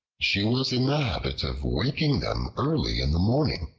she was in the habit of waking them early in the morning,